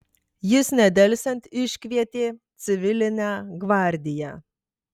jis nedelsiant iškvietė civilinę gvardiją